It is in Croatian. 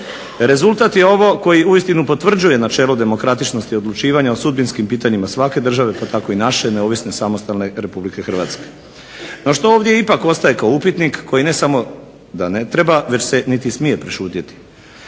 Rezultat je ovo koji uistinu potvrđuje načelo demokratičnosti i odlučivanja o sudbinskim pitanjima svake države pa tako i naše neovisne, samostalne RH. No što ovdje ipak ostaje kao upitnik koji ne samo da ne treba već se niti smije prešutjeti.